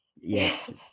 Yes